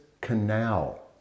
Canal